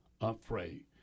afraid